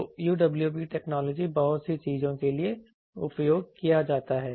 तो UWB technology बहुत सी चीजों के लिए उपयोग किया जाता है